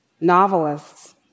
novelists